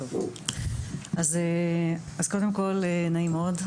נעים מאוד,